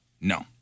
no